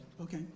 Okay